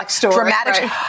dramatic